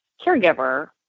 caregiver